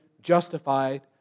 justified